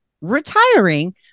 retiring